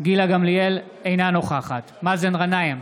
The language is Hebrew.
אינה נוכחת מאזן גנאים,